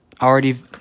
already